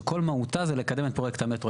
שכל מהותה הוא לקדם את פרויקט המטרו.